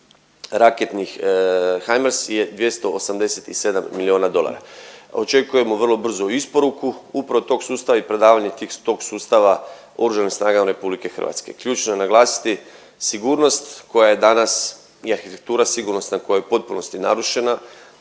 raketnih Harmers je 287 milijona dolara. Očekujemo vrlo brzu isporuku upravo tog sustava i predavanje tog sustava Oružanim snagama RH. Ključno je naglasiti sigurnost koja je danas i arhitektura sigurnosna koja je u potpunosti narušena